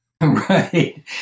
Right